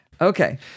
okay